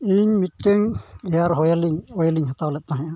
ᱤᱧ ᱢᱤᱫᱴᱟᱹᱱ ᱤᱧ ᱦᱟᱛᱟᱣ ᱞᱮᱫ ᱛᱟᱦᱮᱸᱫᱼᱟ